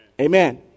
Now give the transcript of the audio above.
Amen